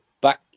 back